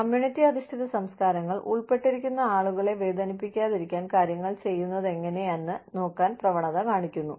community അധിഷ്ഠിത സംസ്കാരങ്ങൾ ഉൾപ്പെട്ടിരിക്കുന്ന ആളുകളെ വേദനിപ്പിക്കാതിരിക്കാൻ കാര്യങ്ങൾ ചെയ്യുന്നതെങ്ങനെയെന്ന് നോക്കാൻ പ്രവണത കാണിക്കുന്നു